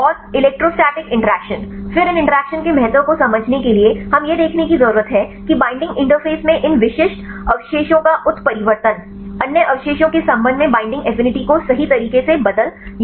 और electrostatic interaction फिर इन इंटरैक्शन के महत्व को समझने के लिए हमें यह देखने की जरूरत है कि बईंडिंग इंटरफेस में इन विशिष्ट अवशेषों का उत्परिवर्तन अन्य अवशेषों के संबंध में बईंडिंग एफिनिटी को सही तरीके से बदल या बदल देता है